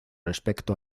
respecto